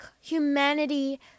humanity